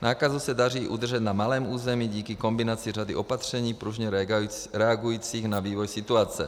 Nákazu se daří udržet na malém území díky kombinaci řady opatření pružně reagujících na vývoj situace.